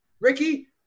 Ricky